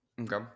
Okay